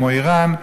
כמו איראן,